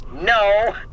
No